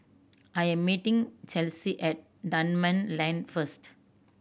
I am meeting Chelsi at Dunman Lane first